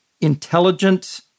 intelligent